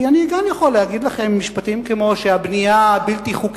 כי גם אני יכול להגיד לכם משפטים כמו שהבנייה הבלתי-חוקית